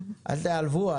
אל תעלבו,